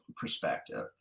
perspective